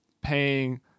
paying